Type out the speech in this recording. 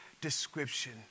description